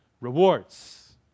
rewards